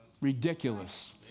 Ridiculous